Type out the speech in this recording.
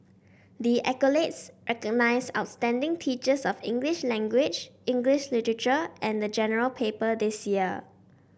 the accolades recognise outstanding teachers of English language English literature and the General Paper this year